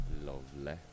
Lovely